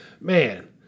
Man